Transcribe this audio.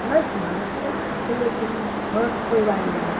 नहीं सब बाल बच्चा लेकर सबको लेकर गए हैं हाँ सपरिवार गए हैं